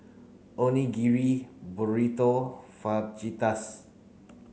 Onigiri Burrito Fajitas